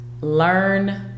Learn